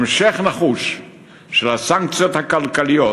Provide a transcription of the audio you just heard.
המשך נחוש של הסנקציות הכלכליות